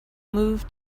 move